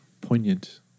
poignant